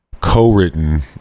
co-written